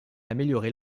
améliorer